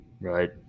Right